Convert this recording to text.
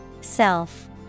Self